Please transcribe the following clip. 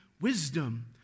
wisdom